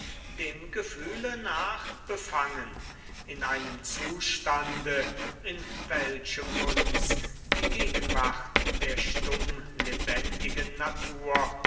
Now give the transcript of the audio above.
dem gefühle nach befangen in einem zustande in welchem uns die gegenwart der stummlebendigen natur